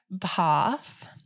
path